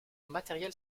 matériel